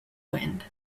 wind